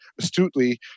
astutely